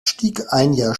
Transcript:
später